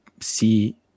see